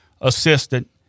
assistant